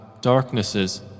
darknesses